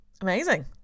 Amazing